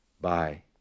Bye